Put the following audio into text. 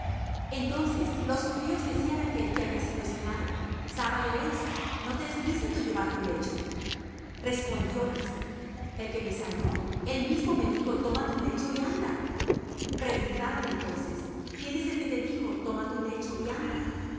entonces los judíos decían á aquel que había sido sanado sábado es no te es lícito llevar tu lecho respondióles el que me sanó él mismo me dijo toma tu lecho y anda preguntáronle entonces quién es el que te dijo toma tu lecho y anda